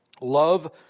love